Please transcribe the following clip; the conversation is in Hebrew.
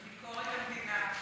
ביקורת המדינה.